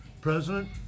President